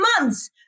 months